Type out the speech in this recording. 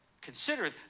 Consider